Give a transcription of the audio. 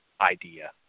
idea